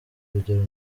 urugero